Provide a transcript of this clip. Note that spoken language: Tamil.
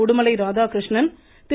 உடுமலை ராதாகிருஷ்ணன் திரு